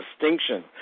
distinction